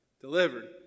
delivered